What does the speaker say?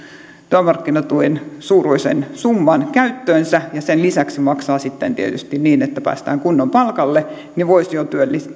työmarkkinatuen suuruisen summan käyttöönsä ja sen lisäksi maksaa sitten tietysti niin että päästään kunnon palkalle voisi jo